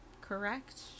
correct